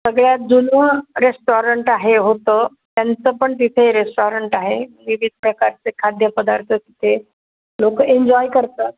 सगळ्यात जुनं रेस्टॉरंट आहे होतं त्यांचं पण तिथे रेस्टॉरंट आहे विविध प्रकारचे खाद्यपदार्थ तिथे लोकं एन्जॉय करतात